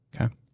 Okay